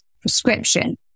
prescription